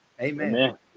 Amen